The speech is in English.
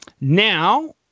Now